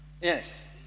Yes